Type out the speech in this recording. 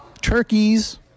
turkeys